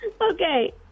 okay